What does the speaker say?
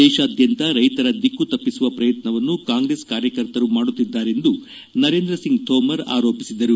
ದೇಶಾದ್ಯಂತ ರೈತರ ದಿಕ್ಕು ತಪ್ಪಿಸುವ ಪ್ರಯತ್ನವನ್ನು ಕಾಂಗ್ರೆಸ್ ಕಾರ್ಯಕರ್ತರು ಮಾಡುತ್ತಿದ್ದಾರೆಂದು ನರೇಂದ್ರ ಸಿಂಗ್ ತೋಮರ್ ಆರೋಪಿಸಿದರು